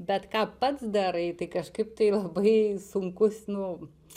bet ką pats darai tai kažkaip tai labai sunkus nu